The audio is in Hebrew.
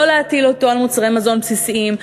לא להטיל אותו על מוצרי מזון בסיסיים,